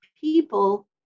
people